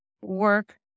work